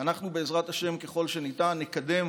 ואנחנו, בעזרת השם, ככל האפשר נקדם